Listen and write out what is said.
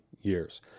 years